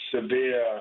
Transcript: severe